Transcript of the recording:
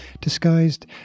disguised